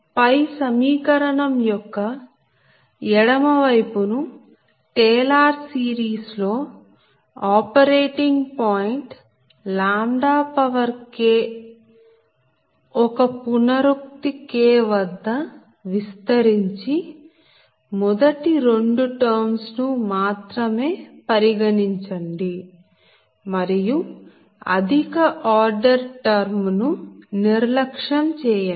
పై సమీకరణం యొక్క ఎడమ వైపు ను టేలర్ సీరీస్ లో ఆపరేటింగ్ పాయింట్ K ఒక పునరుక్తి K వద్ద విస్తరించి మొదటి 2 టర్మ్స్ ను మాత్రమే పరిగణించండి మరియు అధిక ఆర్డర్ టర్మ్ ను నిర్లక్ష్యం చేయండి